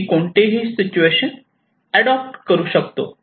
मी कोणतेही situation adopt करू शकतो